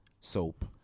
soap